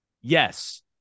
Yes